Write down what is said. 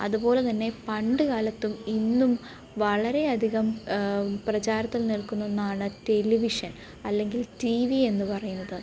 അതുപോലെത്തന്നെ പണ്ട് കാലത്തും ഇന്നും വളരെയധികം പ്രചാരത്തിൽ നിൽക്കുന്ന ഒന്നാണ് ടെലിവിഷൻ അല്ലെങ്കിൽ ടി വി എന്ന് പറയുന്നത്